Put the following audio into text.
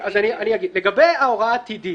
לגבי ההוראה העתידית,